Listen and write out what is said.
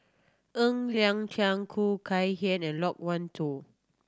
Ng Liang Chiang Khoo Kay Hian and Loke Wan Tho